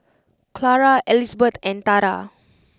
Clara Elizbeth and Tarah